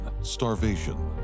starvation